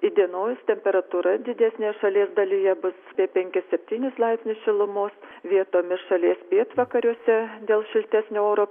įdienojus temperatūra didesnėje šalies dalyje bus apie penkis septynis laipsnius šilumos vietomis šalies pietvakariuose dėl šiltesnio oro